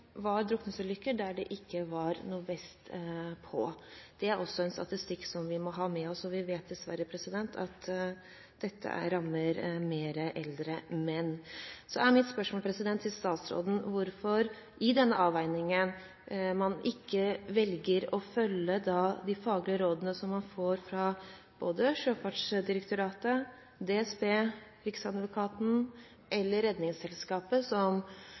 var drukningsulykker der den omkomne ikke hadde vest på. Det er også en statistikk vi må ha med oss, og vi vet dessverre at dette i større grad rammer eldre menn. Mitt spørsmål til statsråden er hvorfor man i denne avveiningen ikke velger å følge de faglige rådene man får fra både Sjøfartsdirektoratet, DSB, Riksadvokaten og Redningsselskapet,